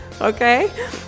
okay